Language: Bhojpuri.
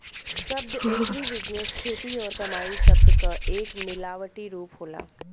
शब्द एग्रीबिजनेस खेती और कमाई शब्द क एक मिलावटी रूप होला